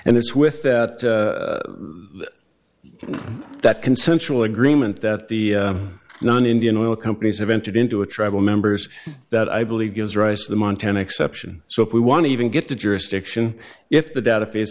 and it's with that that consensual agreement that the non indian oil companies have entered into a tribal members that i believe gives rise to the montana exception so if we want to even get the jurisdiction if the data